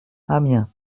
amiens